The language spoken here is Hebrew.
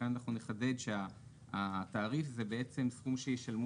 כאן אנחנו נחדד שהתעריף הוא בעצם סכום שישלמו